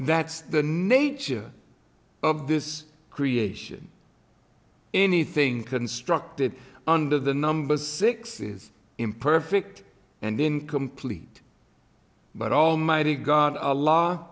that's the nature of this creation anything constructed under the number six is imperfect and incomplete but almighty god a law